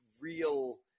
real